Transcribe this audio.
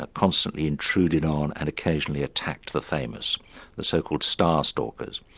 ah constantly intruded on, and occasionally attacked the famous the so-called star stalkers.